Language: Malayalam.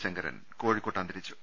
ശങ്കരൻ കോഴിക്കോട്ട് അന്തരിച്ചു